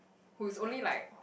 who is only like